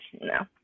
no